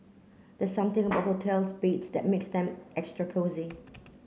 the something about hotels beds that makes them extra cosy